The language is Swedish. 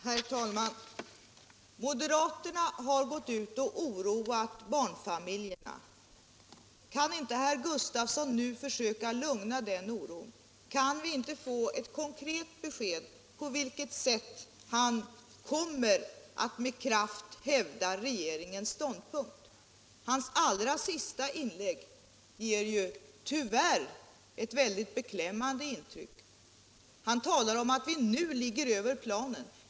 Herr talman! Moderaterna har gått ut och oroat barnfamiljerna. Kan inte herr Gustavsson nu försöka stilla den oron? Kan vi inte få ett konkret besked om på vilket sätt herr Gustavsson kommer att med kraft hävda regeringens ståndpunkt? Socialministerns senaste inlägg gjorde tyvärr ett mycket beklämmande intryck. Han talade om att vi nu ligger över planen.